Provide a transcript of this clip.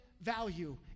value